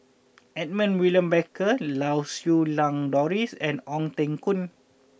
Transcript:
Edmund William Barker Lau Siew Lang Doris and Ong Teng Koon